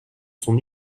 son